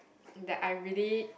that I really